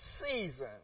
season